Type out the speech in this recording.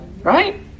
Right